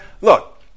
look